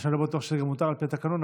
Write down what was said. מה שאני לא בטוח שגם מותר לפי התקנון,